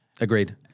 Agreed